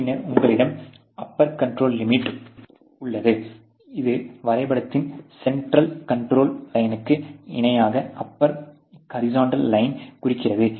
பின்னர் உங்களிடம் upper control limit உள்ளது இது வரைபடத்தின் சென்டர் கண்ட்ரோல் லையனுக்கு இணையான அப்பர் ஹாரிஸன்ட்டல் லையனை குறிக்கிறது